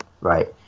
right